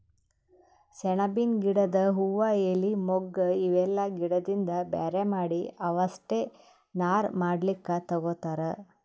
ಸೆಣಬಿನ್ ಗಿಡದ್ ಹೂವಾ ಎಲಿ ಮೊಗ್ಗ್ ಇವೆಲ್ಲಾ ಗಿಡದಿಂದ್ ಬ್ಯಾರೆ ಮಾಡಿ ಅವಷ್ಟೆ ನಾರ್ ಮಾಡ್ಲಕ್ಕ್ ತಗೊತಾರ್